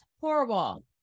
horrible